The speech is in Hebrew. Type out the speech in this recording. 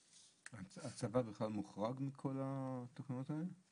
הצבא בכלל מוחרג מכל התקנות האלה?